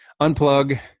unplug